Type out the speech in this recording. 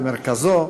ובמרכזו